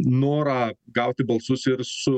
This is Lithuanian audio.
norą gauti balsus ir su